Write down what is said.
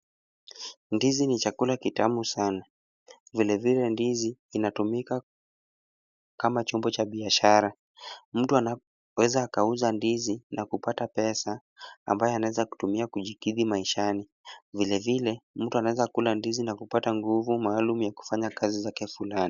Ndizi ni chakula kitamu sana, vilevile ndizi inatumika kama chombo cha biashara, mtu anaweza akauza ndizi na kupata pesa ambayo anaweza akatumia kujikidhi maishani, vilevile mtu anaweza akakula ndizi na kupata nguvu maalum ya kufanya kazi zake fulani.